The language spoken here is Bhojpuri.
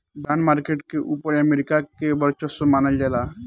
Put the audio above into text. बॉन्ड मार्केट के ऊपर अमेरिका के वर्चस्व मानल जाला